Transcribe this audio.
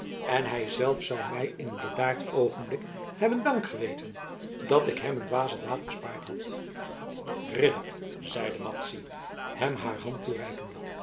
en hij zelf zou mij in een bedaard oogenblik hebben dank geweten dat ik hem een dwaze daad bespaard had ridder zeide madzy hem haar hand toereikende